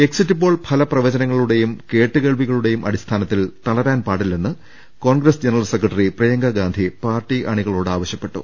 exit poll ഫല പ്രവചനങ്ങളുടേയും കേട്ടുകേൾവികളു ടേയും അടിസ്ഥാനത്തിൽ തളരാൻ പാടില്ലെന്ന് Congress general secretary Priyanka Gandhi party അണികളോട് ആവശ്യപ്പെട്ടു